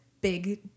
big